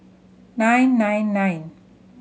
nine nine nine